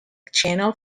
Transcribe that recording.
channel